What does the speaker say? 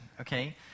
okay